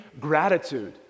gratitude